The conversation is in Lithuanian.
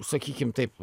sakykim taip